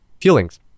feelings